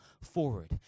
forward